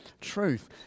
truth